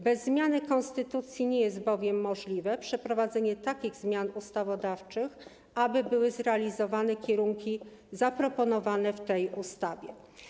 Bez zmiany konstytucji nie jest bowiem możliwe przeprowadzenie takich zmian ustawodawczych, aby były zrealizowane kierunki zaproponowane w tej ustawie.